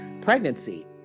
pregnancy